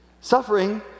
Suffering